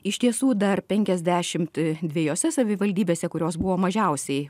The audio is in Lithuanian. iš tiesų dar penkiasdešimt dviejose savivaldybėse kurios buvo mažiausiai